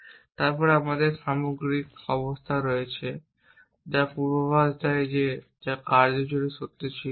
এবং তারপরে আমাদের সামগ্রিক অবস্থা রয়েছে যা পূর্বাভাস দেয় যা কার্য জুড়ে সত্য ছিল